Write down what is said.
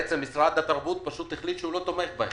שמשרד התרבות החליט שהוא לא תומך בהם.